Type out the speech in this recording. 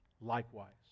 likewise